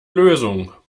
lösung